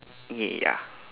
ya